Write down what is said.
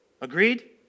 Agreed